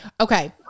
Okay